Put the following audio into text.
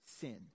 sin